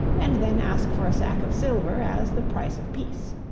and then ask for a sack of silver as the price of peace.